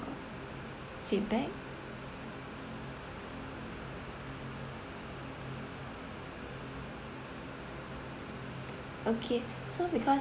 feedback okay so because